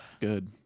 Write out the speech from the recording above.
Good